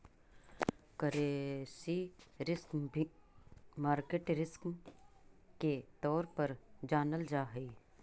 currency risk भी market risk के तौर पर जानल जा हई